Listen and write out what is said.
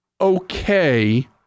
okay